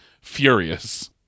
furious